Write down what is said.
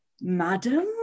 madam